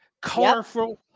colorful